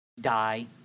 Die